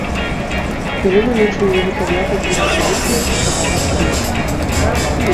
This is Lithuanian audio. po kelių minučių į įvykio vietą atvyko policija pagalbos tarnyba